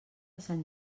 sant